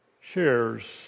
shares